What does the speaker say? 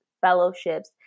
fellowships